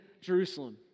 Jerusalem